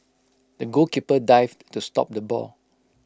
the goalkeeper dived to stop the ball